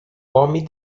homem